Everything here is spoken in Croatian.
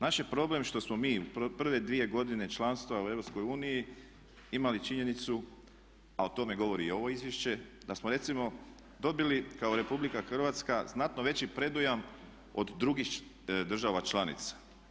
Naš je problem što smo mi prve dvije godine članstva u EU imali činjenicu, a o tome govori i ovo izvješće, da smo recimo dobili kao RH znatno veći predujam od drugih država članica.